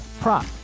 prop